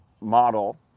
model